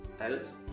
Else